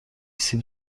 سیب